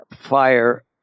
Fire